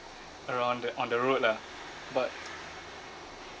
around the on the road lah but